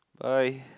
alright